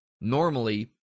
Normally